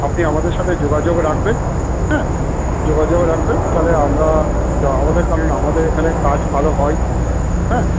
আপনি আমাদের সাথে যোগাযোগ রাখবেন হ্যাঁ যোগাযোগ রাখবেন তাহলে আমরা কারণ আমাদের এখানে কাজ ভালো হয় হ্যাঁ